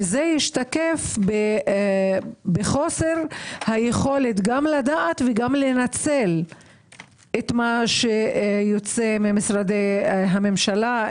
וזה השתקף בחוסר היכולת גם לדעת וגם לנצל את מה שיוצא ממשרדי הממשלה,